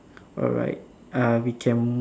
alright uh we can m~